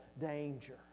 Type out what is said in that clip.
danger